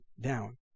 down